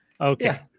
Okay